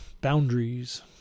Boundaries